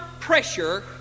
pressure